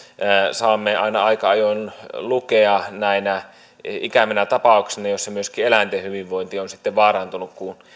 saamme aina aika ajoin lukea näinä ikävinä tapauksina joissa myöskin eläinten hyvinvointi on vaarantunut kun